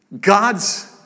God's